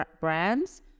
brands